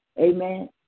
amen